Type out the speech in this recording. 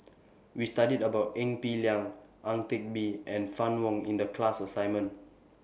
We studied about Ee Peng Liang Ang Teck Bee and Fann Wong in The class assignment